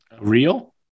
Real